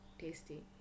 tasty